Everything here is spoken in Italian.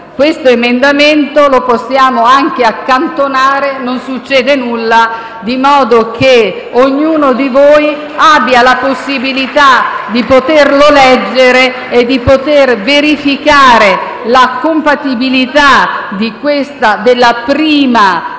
l'emendamento, possiamo anche accantonarlo, non succede nulla, in modo che ognuno di voi abbia la possibilità di poterlo leggere e verificare la compatibilità della prima